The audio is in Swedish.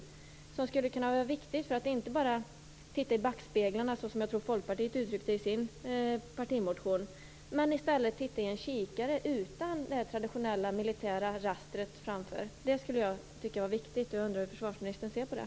Ett sådant skulle kunna vara viktigt för att vi inte bara, som jag tror att Folkpartiet uttryckte det i sin partimotion, skall titta i backspeglarna, utan i stället titta i en kikare utan det traditionella militära rastret framför. Jag tycker att det här är viktigt, och jag undrar hur försvarsministern ser på det.